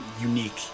unique